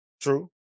True